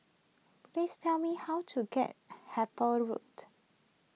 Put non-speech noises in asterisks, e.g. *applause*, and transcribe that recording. please tell me how to get *noise* Harper Road